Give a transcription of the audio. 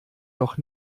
noch